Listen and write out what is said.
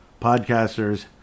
podcasters